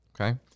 Okay